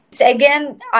again